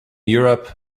europe